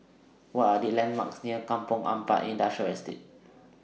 What Are The landmarks near Kampong Ampat Industrial Estate